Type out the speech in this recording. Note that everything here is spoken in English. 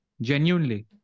Genuinely